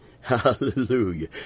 Hallelujah